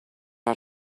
how